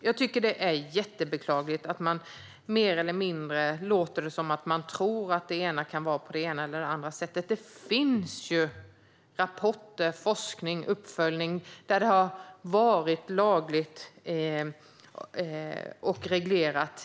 Jag tycker att det är jättebeklagligt att man låter som om man mer eller mindre tror att det kan vara på det ena eller andra sättet. Det finns ju forskning, rapporter och uppföljningar, från länder där det är lagligt och reglerat.